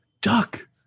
Duck